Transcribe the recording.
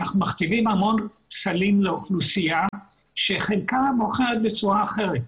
אנחנו מכתיבים המון סלים לאוכלוסייה שחלקה בוחרת בצורה אחרת.